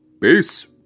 Peace